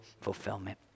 fulfillment